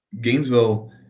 Gainesville